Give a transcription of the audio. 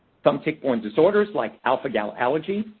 some tick-borne disorders, like alpha-gal allergy,